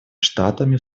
штатами